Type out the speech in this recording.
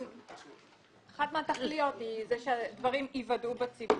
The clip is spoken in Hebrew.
אחת התכליות היא שדברים ייוודעו בציבור.